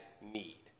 need